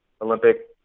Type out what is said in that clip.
Olympic